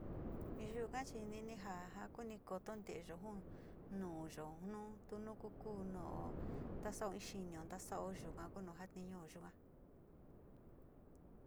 Yuu ka'a xhinini nja'á kuu nii ko'oó tontié, teyonjun nuu ndo non tuno'o kokun no'ó ndaxhao iin xhinion ndaxao yunjá nii ño'on yunján.